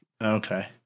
Okay